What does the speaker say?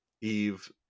Eve